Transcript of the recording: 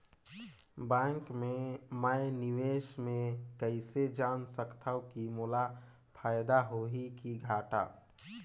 Bank मे मैं निवेश मे कइसे जान सकथव कि मोला फायदा होही कि घाटा?